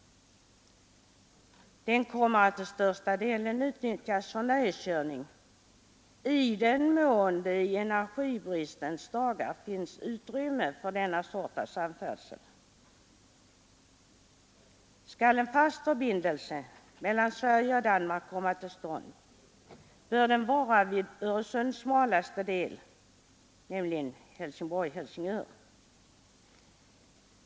Den kommer att till största delen utnyttjas för nöjeskörning, i den mån det i energibristens dagar finns utrymme för denna sort av sam färdsel. Skall en fast förbindelse mellan Sverige och Danmark komma till stånd, bör den vara vid Öresunds smalaste del, nämligen mellan Helsingborg och Helsingör.